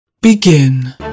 Begin